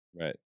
Right